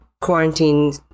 quarantine